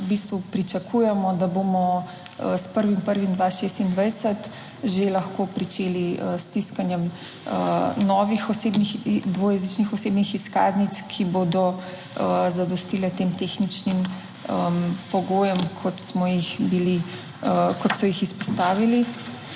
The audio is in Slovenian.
pričakujemo, da bomo s 1. 1. 2026 že lahko pričeli s tiskanjem novih osebnih, dvojezičnih osebnih izkaznic, ki bodo zadostile tem tehničnim pogojem, kot smo jih bili,